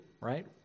right